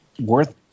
worth